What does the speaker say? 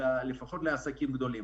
לפחות לעסקים הגדולים.